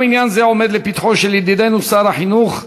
גם עניין זה עומד לפתחו של ידידנו שר החינוך,